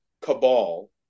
cabal